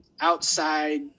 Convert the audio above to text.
outside